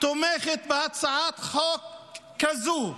שתומכת בהצעת חוק כזאת.